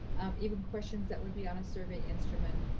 even questions that would be on a survey instrument,